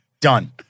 Done